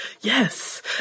Yes